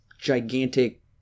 gigantic